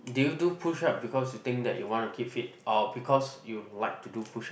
did you do push up because you think that you want to keep fit or because you like to do push up